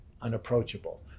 unapproachable